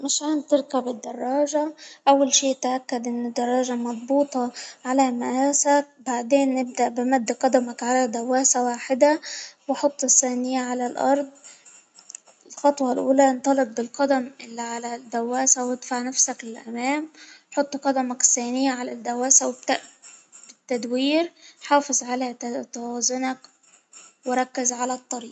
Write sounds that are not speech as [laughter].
مشان تركب الدراجة، أول شي تأكد أن الدراجة مظبوطة على مقاسك بعدين نبدأ بمد قدمك على دواسة واحدة، وحط الثانية على الأرض، الخطوة الأولى أنطلق بالقدم اللي على الدواسة وأدفع نفسك للأمام قدمك الثانية على الدواسة [hesitation] تدوير حافظ على توازنك وركز على الطريق.